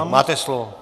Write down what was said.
Máte slovo.